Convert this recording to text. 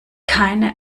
keine